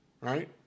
right